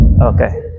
Okay